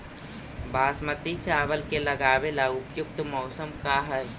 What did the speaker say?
बासमती चावल के लगावे ला उपयुक्त मौसम का है?